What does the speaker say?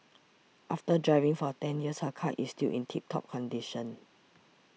after driving for ten years her car is still in tip top condition